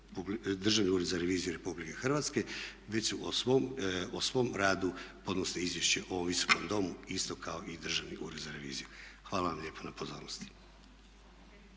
Državni ured za reviziju Republike Hrvatske već o svom radu podnose izvješće ovom Visokom domu isto kao i Državni ured za reviziju. Hvala vam lijepa na pozornosti.